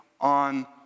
on